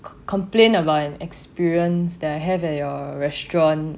complain about an experience that I have at your restaurant